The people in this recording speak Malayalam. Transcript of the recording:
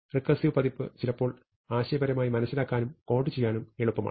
റെക്കേർസിവ് പതിപ്പ് ചിലപ്പോൾ ആശയപരമായി മനസ്സിലാക്കാനും കോഡ് ചെയ്യാനും എളുപ്പമാണ്